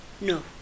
No